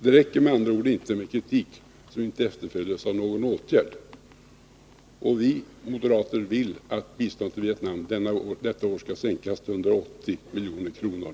Det räcker med andra ord inte med kritik som inte efterföljs av någon åtgärd. Vi moderater vill att biståndet till Vietnam detta år skall sänkas till 180 milj.kr.